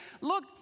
look